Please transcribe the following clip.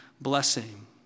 blessing